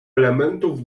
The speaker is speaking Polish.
elementów